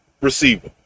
receiver